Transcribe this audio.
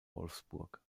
wolfsburg